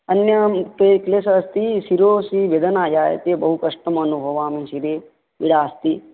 अन्यत् ते क्लेशः अस्ति शिरसि वेदना जायते बहुकष्टम् अनुभवामि शिरे यास्ति